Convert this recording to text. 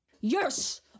Yes